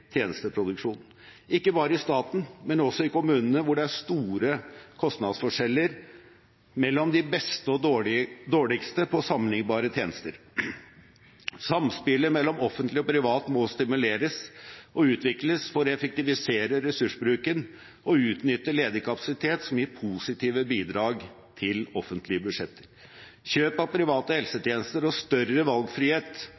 bare i staten, men også i kommunene, hvor det er store kostnadsforskjeller mellom de beste og dårligste på sammenlignbare tjenester. Samspillet mellom offentlig og privat må stimuleres og utvikles for å effektivisere ressursbruken og utnytte ledig kapasitet som gir positive bidrag til offentlige budsjetter. Kjøp av private